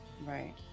right